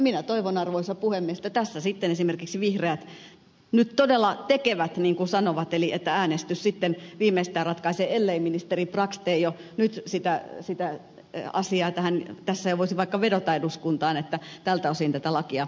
minä toivon arvoisa puhemies että tässä sitten esimerkiksi vihreät nyt todella tekevät niin kuin sanovat eli että äänestys sitten viimeistään ratkaisee ellei ministeri brax tee jo nyt sitä asiaa tähän tässä jo voisi vaikka vedota eduskuntaan että tältä osin tätä lakia voisi muuttaa